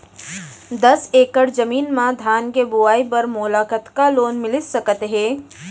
दस एकड़ जमीन मा धान के बुआई बर मोला कतका लोन मिलिस सकत हे?